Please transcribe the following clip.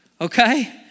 Okay